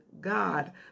God